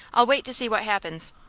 i'll wait to see what happens.